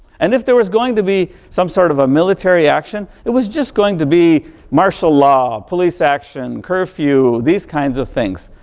and if there was going to be some sort of a military action, it was just going to be marshal law, police action, curfew, these kinds of things,